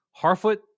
Harfoot